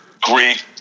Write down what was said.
Greek